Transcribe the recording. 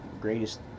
greatest